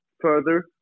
further